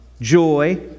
joy